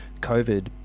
COVID